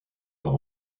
par